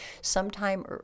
sometime